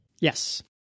Yes